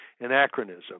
anachronism